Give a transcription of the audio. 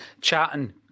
chatting